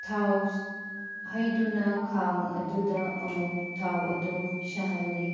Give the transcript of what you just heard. ꯊꯥꯎ ꯍꯩꯗꯨꯅ ꯈꯥꯡ ꯑꯗꯨꯗ ꯑꯃꯨꯛ ꯊꯥꯎ ꯑꯗꯣ ꯁꯥꯍꯟꯂꯤ